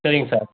சரிங்க சார்